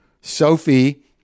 Sophie